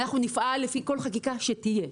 אנחנו נפעל לפי כל חקיקה שתהיה,